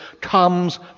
comes